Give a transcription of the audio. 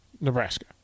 Nebraska